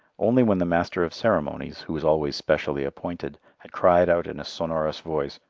only when the master of ceremonies, who is always specially appointed, had cried out in a sonorous voice,